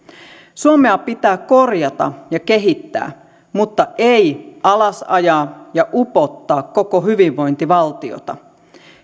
suomea pitää korjata ja kehittää mutta ei alasajaa ja upottaa koko hyvinvointivaltiota